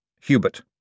Hubert